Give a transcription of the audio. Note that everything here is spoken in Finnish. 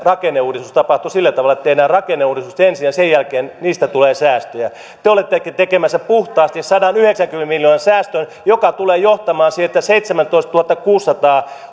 rakenneuudistus tapahtui sillä tavalla että tehdään rakenneuudistus ensin ja sen jälkeen niistä tulee säästöjä te te olette tekemässä puhtaasti sadanyhdeksänkymmenen miljoonan säästön joka tulee johtamaan siihen että seitsemäntoistatuhattakuusisataa